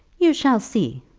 you shall see,